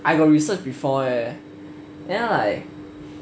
I got research before eh then like